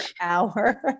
hour